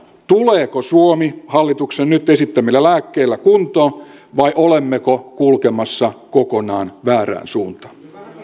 tuleeko suomi hallituksen nyt esittämillä lääkkeillä kuntoon vai olemmeko kulkemassa kokonaan väärään suuntaan